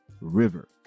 River